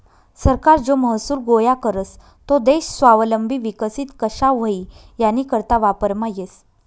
सरकार जो महसूल गोया करस तो देश स्वावलंबी विकसित कशा व्हई यानीकरता वापरमा येस